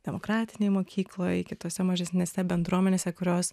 demokratinėj mokykloj kitose mažesnėse bendruomenėse kurios